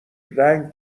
رنگ